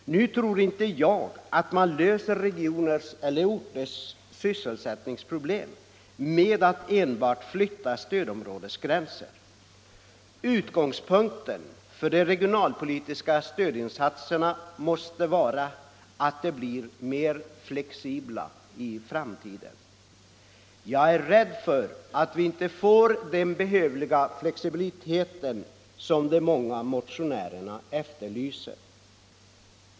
Nu tror inte jag att man löser regioners eller orters sysselsättningsproblem med att enbart flytta stödområdesgränser. Utgångspunkten för de regionalpolitiska stödinsatserna måste vara att de blir mer flexibla i framtiden. Men jag är rädd för att vi inte får den behövliga flexibilitet som de många motionärerna efterlyser.